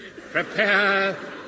Prepare